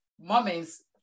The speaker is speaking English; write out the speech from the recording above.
moments